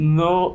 no